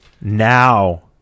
Now